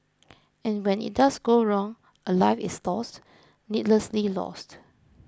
and when it does go wrong a life is lost needlessly lost